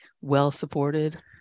well-supported